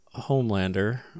homelander